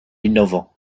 innovant